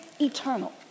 eternal